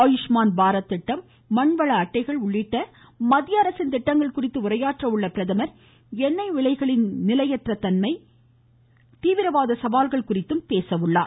ஆயுஷ்மான் பாரத் திட்டம் மன்வள அட்டைகள் உள்ளிட்ட மத்திய அரசின் திட்டங்கள் குறித்து உரையாற்ற உள்ள அவர் எண்ணெய் விலைகளின் நிலையற்ற தன்மை தீவிரவாத சவால்கள் குறித்தும் பேசுகிறார்